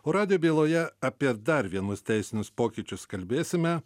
o radijo byloje apie dar vienus teisinius pokyčius kalbėsime